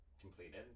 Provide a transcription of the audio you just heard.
completed